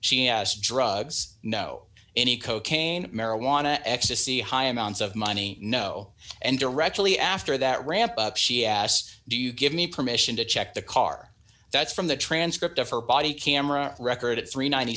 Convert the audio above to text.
she asked drugs no any cocaine marijuana ecstasy high amounts of money no and directly after that ramp up she asked do you give me permission to check the car that's from the transcript of her body camera record at three